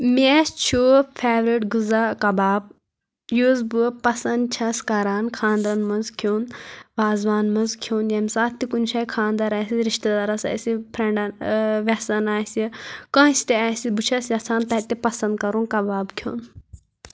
مےٚ چھُ فیورِٹ غذا کَباب یُس بہٕ پسنٛد چھَس کران خاندرَن منٛز کھیوٚن وازٕوان منٛز کھیوٚن ییٚمہِ ساتہٕ تہِ کُنہِ شایہِ خانٛدَر آسہِ رِشتہ دارَس آسہِ فرٛٮ۪نڈَن وٮ۪سَن آسہِ کٲنٛسہِ تہِ آسہِ بہٕ چھَس یَژھان تَتہِ تہِ پسنٛد کَرُن کباب کھیوٚن